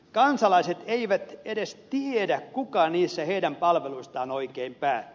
kansalaiset eivät edes tiedä kuka niissä heidän palveluistaan oikein päättää